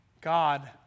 God